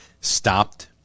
stopped